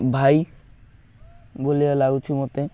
ଭାଇ ଭଳିଆ ଲାଗୁଛି ମୋତେ